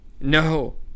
no